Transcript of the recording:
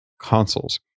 consoles